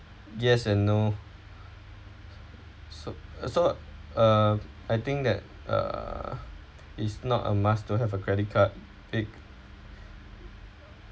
yes and no so so uh I think that uh is not a must to have a credit card it